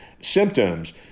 symptoms